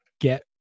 get